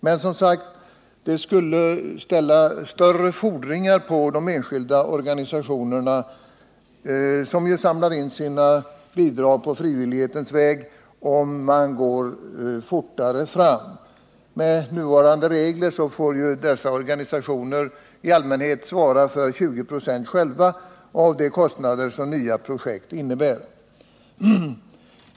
Men det skulle, som sagt, ställas större fordringar på de enskilda organisationerna, som ju samlar in sina bidrag på frivillighetens väg, om man gick fortare fram. Med nuvarande regler får ju dessa organisationer i allmänhet själva svara för 20 96 av de kostnader som nya projekt innebär.